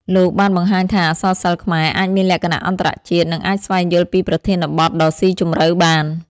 លោកបានបង្ហាញថា អក្សរសិល្ប៍ខ្មែរអាចមានលក្ខណៈអន្តរជាតិ និងអាចស្វែងយល់ពីប្រធានបទដ៏ស៊ីជម្រៅបាន។